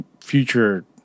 future